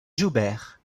joubert